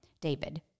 David